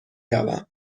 روم